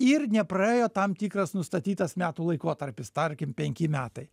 ir nepraėjo tam tikras nustatytas metų laikotarpis tarkim penki metai